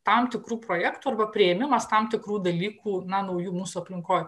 tam tikrų projektų arba priėmimas tam tikrų dalykų na naujų mūsų aplinkoj